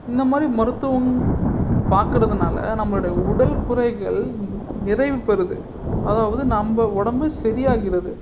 இந்த மாதிரி மருத்துவம் பார்க்குறதுனால நம்மளுடைய உடல் குறைகள் நிறைவு பெறுது அதாவது நம்ம உடம்பு சரி ஆகிறது